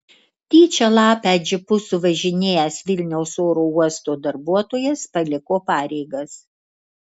tyčia lapę džipu suvažinėjęs vilniaus oro uosto darbuotojas paliko pareigas